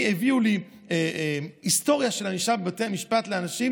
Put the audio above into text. הביאו לי היסטוריה של ענישה בבתי המשפט לאנשים